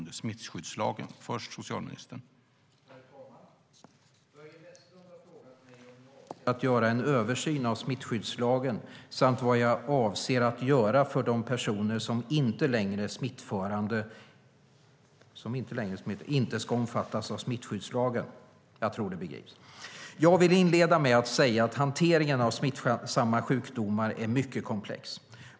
Herr talman! Börje Vestlund har frågat mig om jag avser att göra en översyn av smittskyddslagen samt vad jag avser att göra för att de personer som inte längre är smittförande inte ska omfattas av smittskyddslagen. Jag vill inleda med att säga att hanteringen av smittsamma sjukdomar är mycket komplex.